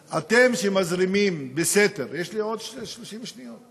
אבל, אתם שמזרימים בסתר, יש לי עוד 30 שניות.